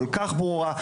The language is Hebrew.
כל כך ברורה,